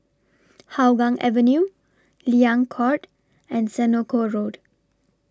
Hougang Avenue Liang Court and Senoko Road